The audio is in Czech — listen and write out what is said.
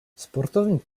sportovní